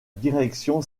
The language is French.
direction